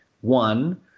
one